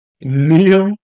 Neil